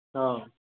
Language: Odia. ହଁ